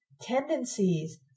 tendencies